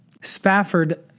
Spafford